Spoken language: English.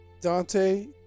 dante